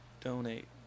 donate